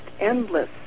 endless